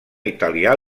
italià